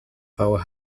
about